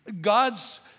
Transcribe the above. God's